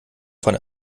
von